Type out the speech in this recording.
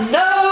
no